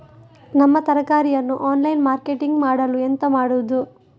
ನಮ್ಮ ತರಕಾರಿಯನ್ನು online marketing ಮಾಡಲು ಎಂತ ಮಾಡುದು?